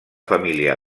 família